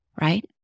right